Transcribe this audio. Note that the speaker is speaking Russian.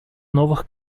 новых